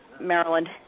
Maryland